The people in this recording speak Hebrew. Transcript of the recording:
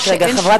רק רגע.